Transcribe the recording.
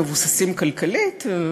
מבוססים כלכלית,